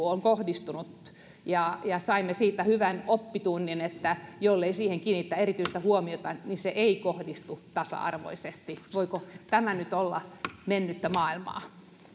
on kohdistunut ja ja saimme siitä hyvän oppitunnin että jollei siihen kiinnitä erityistä huomiota se ei kohdistu tasa arvoisesti voiko tämä nyt olla mennyttä maailmaa